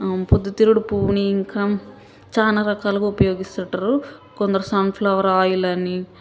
పొద్దుతిరుగుడుపువ్వుని ఇంకా చాలా రకాలుగా ఉపయోగిస్తుంటారు కొందరు సన్ఫ్లవర్ ఆయిల్ అని